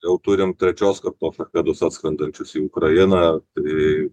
jau turim trečios kartos sakedus atskrendančius į ukrainą tai